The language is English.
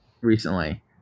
recently